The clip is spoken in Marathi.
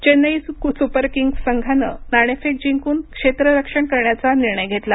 चेन्नई सुपर किंग्ज संघानं नाणेफेक जिंकून क्षेत्ररक्षण करण्याचा निर्णय घेतला